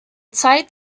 zeit